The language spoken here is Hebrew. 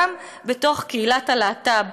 אלא גם בתוך קהילת הלהט"ב.